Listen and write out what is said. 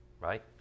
right